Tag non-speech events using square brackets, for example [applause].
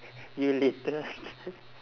[breath] you litter [laughs]